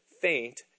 faint